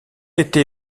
été